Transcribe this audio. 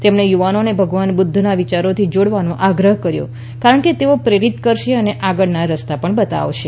તેમણે યુવાનોને ભગવાન બુધ્ધના વિયારોથી જોડાવાનો આગ્રહ કર્યો કારણ કે તેઓ પ્રેરિત કરશે અને આગળના રસ્તા બતાવશે